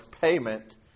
payment